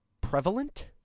prevalent